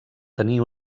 tenir